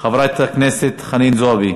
חברת הכנסת חנין זועבי,